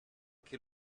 che